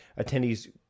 attendees